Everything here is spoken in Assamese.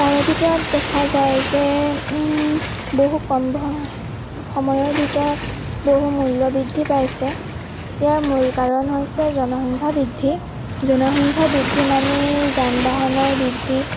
তাৰে ভিতৰত দেখা যায় যে বহু কম সময়ৰ ভিতৰত বহু মূল্য বৃদ্ধি পাইছে ইয়াৰ মূল কাৰণ হৈছে জনসংখ্যা বৃদ্ধি জনসংখ্যা বৃদ্ধি মানেই যান বাহনৰ বৃদ্ধি